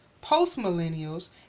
post-millennials